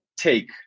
take